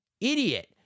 Idiot